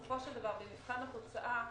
במבחן התוצאה,